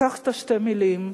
לקחת שתי מלים,